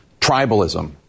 Tribalism